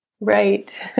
Right